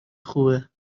خوبه